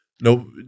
no